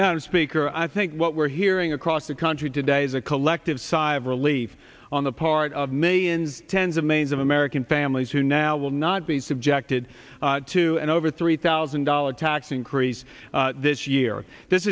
matter speaker i think what we're hearing across the country today is a collective sigh of relief on the part of millions tens of millions of american families who now will not be subjected to an over three thousand dollars tax increase this year this